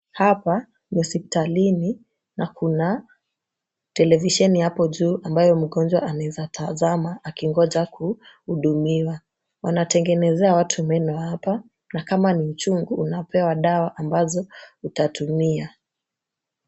Hapa ni hospitalini na kuna televisheni hapo juu ambayo mgonjwa anaezatazama akingoja kuhudumiwa. Wanatengenezea watu meno hapa na kama ni uchungu unapewa dawa ambazo utatumia.